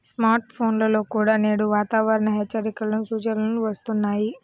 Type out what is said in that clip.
smart ఫోన్లలో కూడా నేడు వాతావరణ హెచ్చరికల సూచనలు వస్తున్నాయి